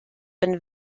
been